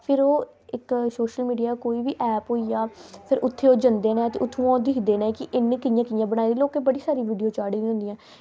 फिर ओह् कोई बी ऐप होई गेआ फिर इत्थां जंदे न ते इत्थुआं दिक्खदे न की कियां कियां बनाई लोकें बड़ी सारी वीडियो चाढ़ी दियां होंदियां